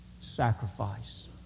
sacrifice